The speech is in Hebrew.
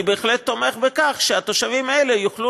אני בהחלט תומך בכך שהתושבים האלה יוכלו